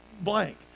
blank